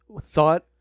thought